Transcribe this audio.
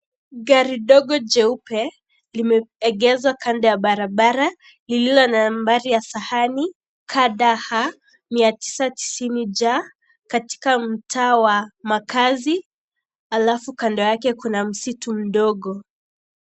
Gari dogo jeupe limeegezwa kando ya barabara lililo na nambari ya sahani KDA 990J , katika mtaa wa makazi, alafu kando yake Kuna msitu mdogo.